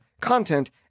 content